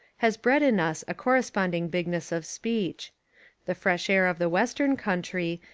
has bred in us a corresponding bigness of speech the fresh air of the western country,